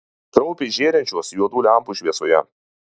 kraupiai žėrinčios juodų lempų šviesoje